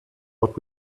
what